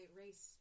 race